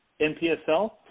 NPSL